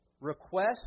request